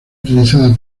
utilizada